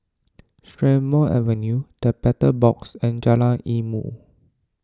Strathmore Avenue the Battle Box and Jalan Ilmu